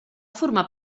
formar